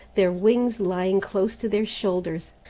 their wings lying close to their shoulders.